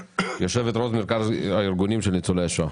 יושבת-ראש מרכז הארגונים של ניצולי השואה.